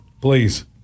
Please